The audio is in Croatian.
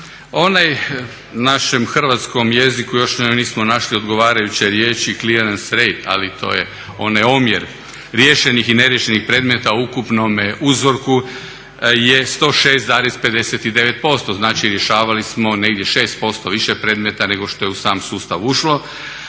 Onaj, u našem hrvatskom jeziku još nismo našli odgovarajuće riječi …/Govornik se ne razumije./… ali to je onaj omjer riješenih i neriješenih predmeta u ukupnome uzorku je 106,59%. Znači rješavali smo negdje 6% više predmeta nego što je u sam sustav ušlo.